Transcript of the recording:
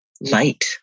light